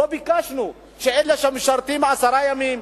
לא ביקשנו שאלה שמשרתים עשרה ימים,